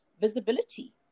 Visibility